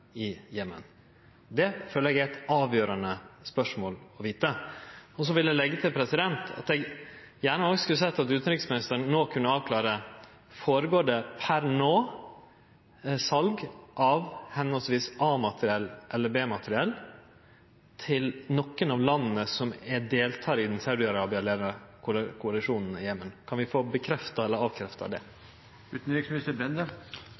i Jemen? Det spørsmålet føler eg det er avgjerande å få svar på. Så vil eg leggje til at eg gjerne hadde sett at utanriksministeren no kunne avklare: Går det per no føre seg sal av høvesvis A-materiell og B-materiell til nokon av landa som deltek i den Saudi-Arabia-leia koalisjonen i Jemen? Kan vi få bekrefta eller avkrefta